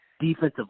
Defensive